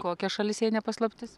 kokias šalis jei ne paslaptis